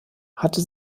hatte